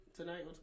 Tonight